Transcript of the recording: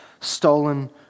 stolen